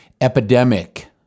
epidemic